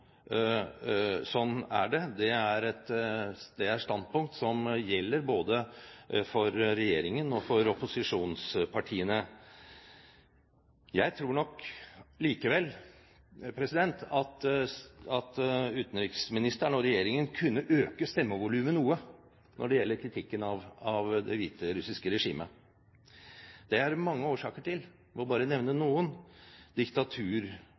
Sånn er det. Det er standpunkt som gjelder både for regjeringen og for opposisjonspartiene. Jeg tror nok likevel at utenriksministeren og regjeringen kunne øke stemmevolumet noe når det gjelder kritikken av det hviterussiske regimet. Det er det mange årsaker til. Jeg må bare nevne